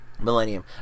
Millennium